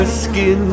skin